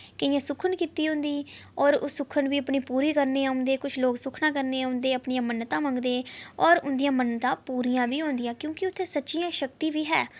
केइयें सुक्खन कीती दी होंदी और उस सुक्खन गी अपनी पूरी करने औंदे किश लोक सुक्खनां करने औंदे अपनियां मन्नतां मंगदे और उं'दियां मन्नतां पूरियां बी होंदियां क्योंकि उत्थै सच्ची शक्ति बी है